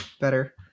better